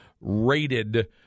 rated